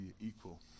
equal